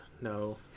No